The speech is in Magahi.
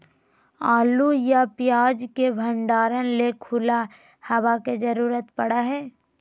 आलू या प्याज के भंडारण ले खुला हवा के जरूरत पड़य हय